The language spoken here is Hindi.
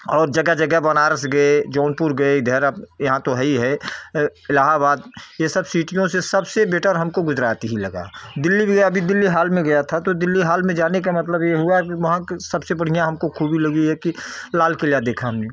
और जगह जगह बनारस गए जौनपुर गए यहाँ तो है ही है इलाहाबाद यह सब सीटियों से सबसे बेटर हमको गुजरात ही लगा दिल्ली गया अभी दिल्ली हाल में गया था तो दिल्ली हाल में जाने का मतलब यह हुआ कि वहाँ सबसे बढ़िया हमको ख़ूबी लगी है कि वह लाल क़िला देखा हमने